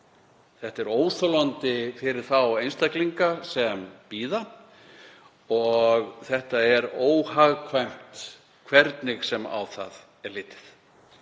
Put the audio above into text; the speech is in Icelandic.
Þetta er óþolandi fyrir þá einstaklinga sem bíða og óhagkvæmt hvernig sem á það er litið.